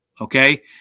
okay